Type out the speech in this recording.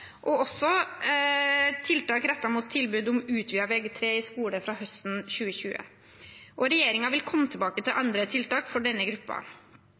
og også tiltak rettet mot tilbud om utvidet Vg3 i skole fra høsten 2020. Regjeringen vil komme tilbake til andre tiltak for denne